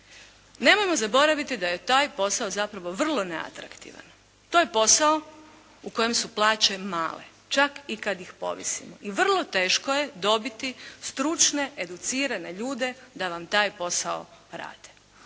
Nemojmo zaboraviti da je taj posao zapravo vrlo neatraktivan. To je posao u kojem su plaće male čak i kad ih povisimo i vrlo teško je dobiti stručne, educirane ljude da vam taj posao rade.